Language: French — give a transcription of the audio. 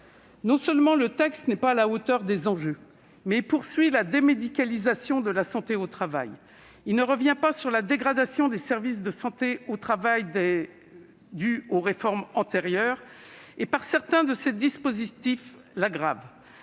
Non seulement le texte n'est pas à la hauteur des enjeux, mais il poursuit la démédicalisation de la santé au travail. Il ne revient pas sur la dégradation des services de santé au travail issue des réformes antérieures, et, par certains de ses dispositifs, l'aggrave,